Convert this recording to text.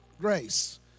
grace